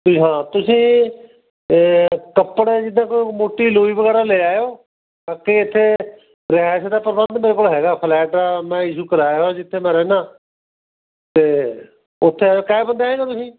ਜੀ ਹਾਂ ਤੁਸੀਂ ਕੱਪੜੇ ਜਿੱਦਾਂ ਕੋਈ ਮੋਟੀ ਲੋਈ ਵਗੈਰਾ ਲੈ ਆਇਓ ਬਾਕੀ ਇੱਥੇ ਰਿਹਾਇਸ਼ ਦਾ ਪ੍ਰਬੰਧ ਮੇਰੇ ਕੋਲ ਹੈਗਾ ਫਲੈਟ ਮੈਂ ਇਸ਼ੂ ਕਰਵਾਇਆ ਹੋਇਆ ਜਿੱਥੇ ਮੈਂ ਰਹਿੰਦਾ ਅਤੇ ਉੱਥੇ ਕੈਅ ਬੰਦੇ ਹੈ ਤੁਸੀਂ